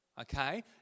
Okay